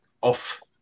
off